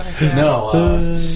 no